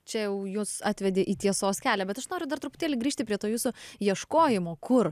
čia jau jus atvedė į tiesos kelią bet aš noriu dar truputėlį grįžti prie to jūsų ieškojimo kur